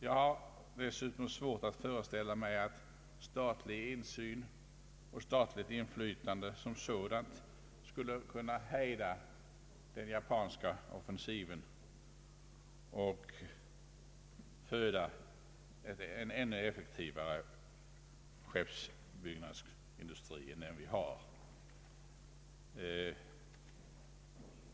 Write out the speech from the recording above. Jag har dessutom svårt att föreställa mig att statlig insyn och statligt inflytande som sådant skulle kunna hejda den japanska offensiven och föda en ännu effektivare skeppsbyggnadsindustri än den vi har.